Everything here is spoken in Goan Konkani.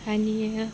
आनी